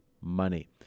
money